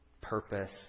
purpose